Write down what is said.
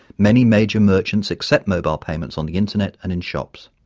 many major merchants accept mobile payments on the internet and in shops.